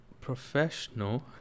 Professional